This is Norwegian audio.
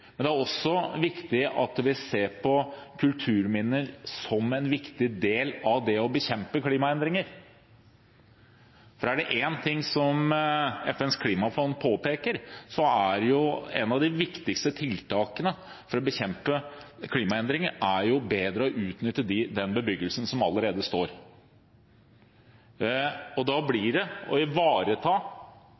men det er også viktig at vi ser på kulturminner som en viktig del av det å bekjempe klimaendringer, for er det én ting som FNs klimafond påpeker, er det at et av de viktigste tiltakene for å bekjempe klimaendringer er bedre å utnytte den bebyggelsen som allerede står der. Det handler om å ivareta